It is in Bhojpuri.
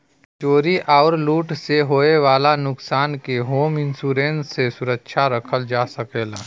चोरी आउर लूट से होये वाले नुकसान के होम इंश्योरेंस से सुरक्षित रखल जा सकला